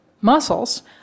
muscles